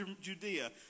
Judea